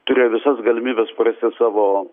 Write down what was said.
turėjo visas galimybes prarasti savo